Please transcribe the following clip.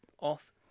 off